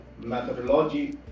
methodology